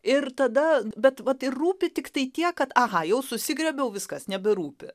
ir tada bet vat ir rūpi tiktai tiek kad aha jau susigriebiau viskas neberūpi